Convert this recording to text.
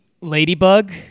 ladybug